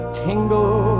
tingle